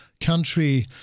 country